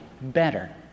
better